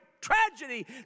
tragedy